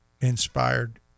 inspired